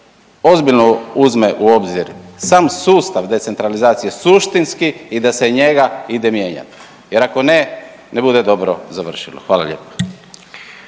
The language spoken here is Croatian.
ozbiljno uzme u obzir sam sustav decentralizacije suštinski i da se njega ide mijenjati jer ako ne, ne bude dobro završilo. Hvala lijepo.